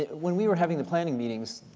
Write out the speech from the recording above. when we were having the planning meetings,